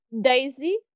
Daisy